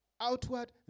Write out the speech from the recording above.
Outward